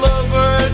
over